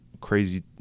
crazy